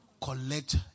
Collect